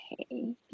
Okay